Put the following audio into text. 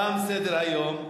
תם סדר-היום.